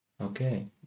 Okay